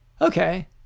Okay